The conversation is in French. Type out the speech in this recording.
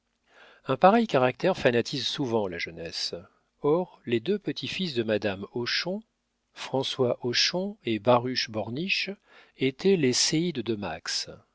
un pareil caractère fanatise souvent la jeunesse or les deux petits-fils de madame hochon françois hochon et baruch borniche étaient les séides de max